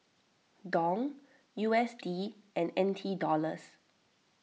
Dong U S D and N T Dollars